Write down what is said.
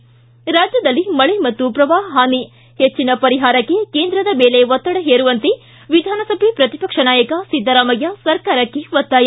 ಿ ರಾಜ್ಯದಲ್ಲಿ ಮಳೆ ಮತ್ತು ಪ್ರವಾಹ ಹಾನಿ ಹೆಚ್ಚಿನ ಪರಿಹಾರಕ್ಕೆ ಕೇಂದ್ರದ ಮೇಲೆ ಒತ್ತಡ ಹೇರುವಂತೆ ವಿಧಾನಸಭೆ ಪ್ರತಿಪಕ್ಷ ನಾಯಕ ಸಿದ್ದರಾಮಯ್ಯ ಸರ್ಕಾರಕ್ಕೆ ಒತ್ತಾಯ